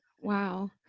Wow